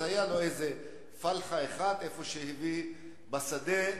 אז היתה לו איזה פלחה אחת איפה שהביא, בשדה,